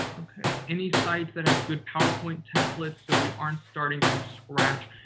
okay. any sites that have good powerpoint templates so we aren't starting from scratch.